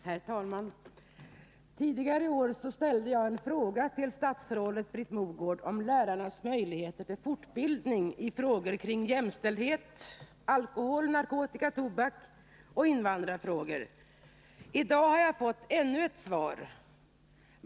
Herr talman! Tidigare i år ställde jag en fråga till statsrådet Britt Mogård om lärarnas möjligheter till fortbildning i frågor kring jämställdhet, alkohol, narkotika, tobak och invandrarfrågor. I dag har jag fått ännu ett svar.